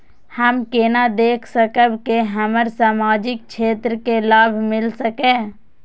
हम केना देख सकब के हमरा सामाजिक क्षेत्र के लाभ मिल सकैये?